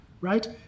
right